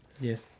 Yes